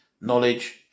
knowledge